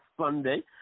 Sunday